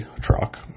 truck